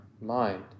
mind